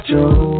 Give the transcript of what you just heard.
Joe